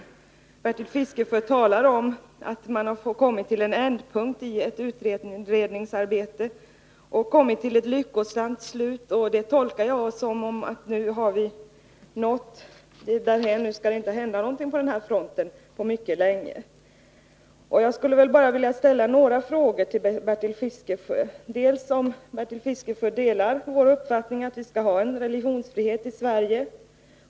Bertil Fiskesjö talar om att man kommit till en ändpunkt i utredningsarbetet och kommit till ett lyckosamt slut, och det tolkar jag som att vi nått därhän att det inte kan hända någonting på den fronten på mycket länge. Jag skulle vilja ställa några frågor till Bertil Fiskesjö. Delar Bertil Fiskesjö den uppfattningen att vi skall ha religionsfrihet i Sverige?